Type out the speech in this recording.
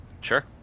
Sure